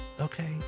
Okay